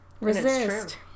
Resist